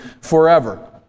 forever